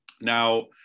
Now